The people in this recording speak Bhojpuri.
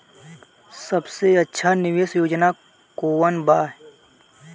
सबसे अच्छा निवेस योजना कोवन बा?